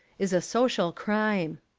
is a social crime.